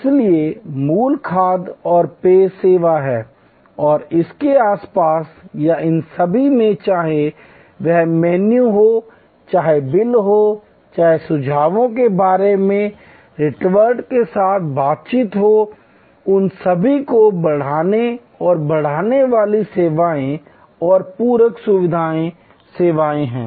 इसलिए मूल खाद्य और पेय सेवा है और इसके आसपास या इन सभी में चाहे वह मेनू हो चाहे बिल हो चाहे सुझावों के बारे में स्टीवर्ड के साथ बातचीत हो उन सभी को बढ़ाने और बढ़ाने वाली सेवाएं और पूरक सुविधा सेवाएं हैं